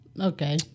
okay